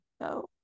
no